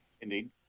Indeed